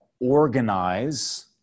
organize